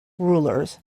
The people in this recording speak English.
rulers